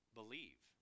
believe